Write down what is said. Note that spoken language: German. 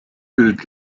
bild